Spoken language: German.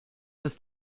ist